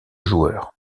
joueur